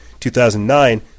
2009